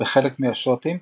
בחלק מהשוטים,